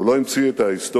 הוא לא המציא את ההיסטוריה